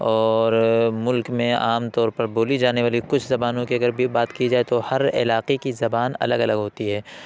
اور ملک میں عام طور پر بولی جانے والی کچھ زبانوں کی اگر بی بات کی جائے تو ہر علاقے کی زبان الگ الگ ہوتی ہے